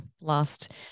last